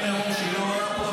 אני מפריעה?